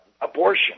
abortion